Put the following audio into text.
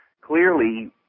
clearly